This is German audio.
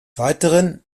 weiteren